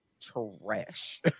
trash